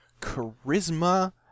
charisma